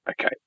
okay